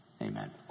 Amen